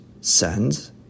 sends